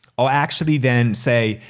i'll actually then say,